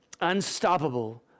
unstoppable